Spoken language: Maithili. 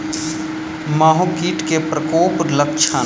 माहो कीट केँ प्रकोपक लक्षण?